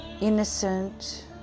innocent